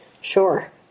Sure